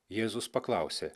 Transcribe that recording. jėzus paklausė